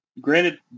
granted